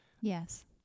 Yes